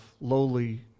lowly